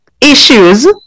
issues